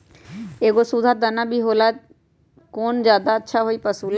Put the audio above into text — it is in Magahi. एगो सुधा दाना भी होला कौन ज्यादा अच्छा होई पशु ला?